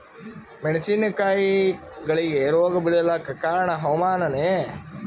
ಮೆಣಸಿನ ಕಾಯಿಗಳಿಗಿ ರೋಗ ಬಿಳಲಾಕ ಕಾರಣ ಹವಾಮಾನನೇ?